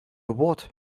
what